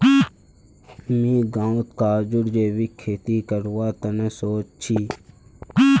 मुई गांउत काजूर जैविक खेती करवार तने सोच छि